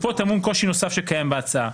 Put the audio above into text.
ופה טמון קושי נוסף שקיים בהצעה,